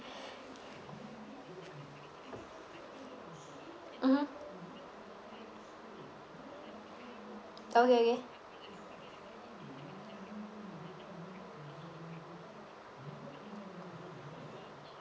mmhmm okay okay